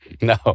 No